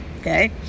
Okay